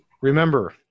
remember